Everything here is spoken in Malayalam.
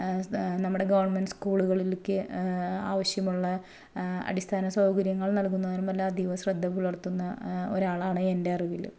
നമ്മുടെ ഗവണ്മെൻറ്റ് സ്കൂളുകൾക്ക് ആവശ്യമുള്ള അടിസ്ഥാന സൗകര്യങ്ങൾ നൽകുന്നതിനുമെല്ലാം അധീവ ശ്രദ്ധ പുലർത്തുന്ന ഒരാളാണ് എൻ്റെ അറിവിൽ